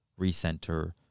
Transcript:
recenter